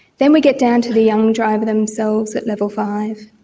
then we get down to the young driver themselves at level five,